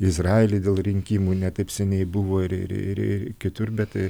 izraely dėl rinkimų ne taip seniai buvo ir ir ir kitur bet